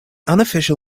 unofficial